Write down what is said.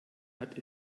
hat